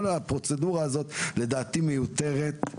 כל הפרוצדורה הזאת לדעתי מיותרת.